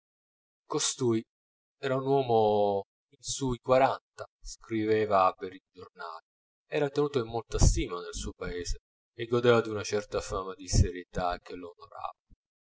costui era un uomo in su i quaranta scriveva per i giornali era tenuto in molta stima nel suo paese e godeva d'una certa fama di serietà che